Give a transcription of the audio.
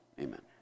amen